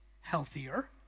healthier